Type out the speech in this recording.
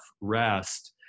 rest